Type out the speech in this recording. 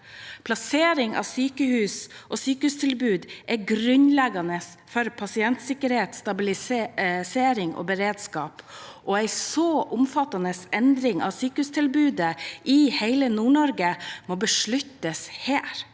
Plassering av sykehus og sykehustilbud er grunnleggende for pasientsikkerhet, stabilisering og beredskap, og en så omfattende endring av sykehustilbudet i hele Nord-Norge må besluttes her